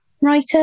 writer